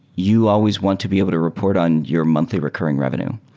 you always want to be able to report on your monthly recurring revenue.